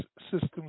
systems